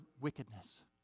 wickedness